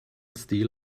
stil